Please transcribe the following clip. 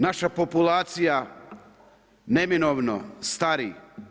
Naša populacija, neminovno stari.